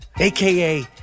AKA